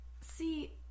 See